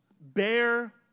Bear